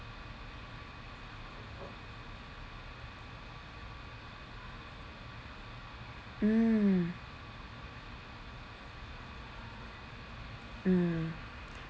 mm mm